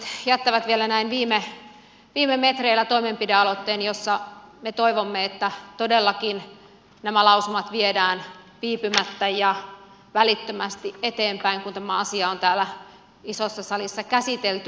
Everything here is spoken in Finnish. perussuomalaiset jättävät vielä näin viime metreillä toimenpidealoitteen jossa me toivomme että todellakin nämä lausumat viedään viipymättä ja välittömästi eteenpäin kun tämä asia on täällä isossa salissa käsitelty